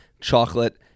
chocolate